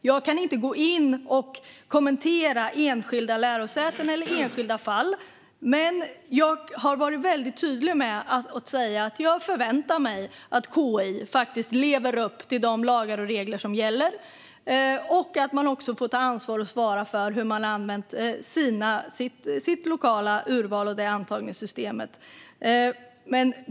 Jag kan inte kommentera enskilda lärosäten eller enskilda fall, men jag har varit tydlig med att jag förväntar mig att KI lever upp till de lagar och regler som gäller och att man också måste svara för hur man har använt sitt lokala urval för antagning.